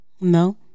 No